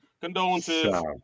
Condolences